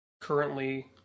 currently